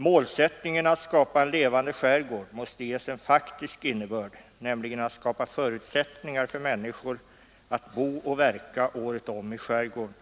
Målsättningen att skapa en levande skärgård måste ges en faktisk innebörd, nämligen förutsättningar för människor att bo och verka året om i skärgården